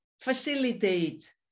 facilitate